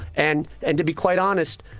and and to be quite honest,